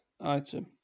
item